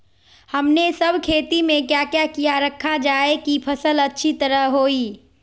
हमने सब खेती में क्या क्या किया रखा जाए की फसल अच्छी तरह होई?